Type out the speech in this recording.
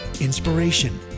inspiration